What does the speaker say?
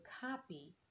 copy